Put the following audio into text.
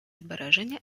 збереження